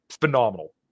phenomenal